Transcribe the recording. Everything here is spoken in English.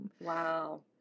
Wow